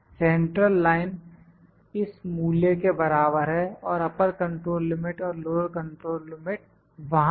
central line इस मूल्य के बराबर है और अपर कंट्रोल लिमिट और लोअर कंट्रोल लिमिट वहां हैं